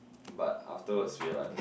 but afterwards we are like